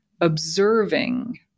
observing